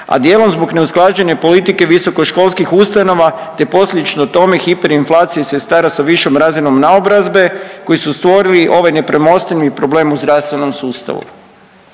a dijelom zbog neusklađene politike visokoškolskih ustanova, te posljedično tome hiper inflaciji sestara sa višom razinom naobrazbe koji su stvorili ovaj nepremostivi problem u zdravstvenom sustavu.